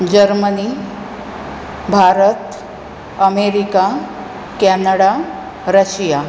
Germany Bharat America Canada Russia